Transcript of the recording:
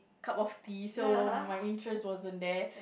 cup of tea so my interest wasn't there